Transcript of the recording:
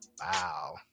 wow